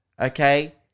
okay